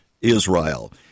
Israel